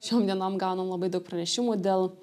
šiom dienom gaunam labai daug pranešimų dėl